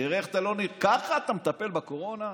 תראה, ככה אתה מטפל בקורונה?